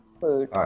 food